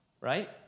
Right